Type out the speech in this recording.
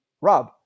Rob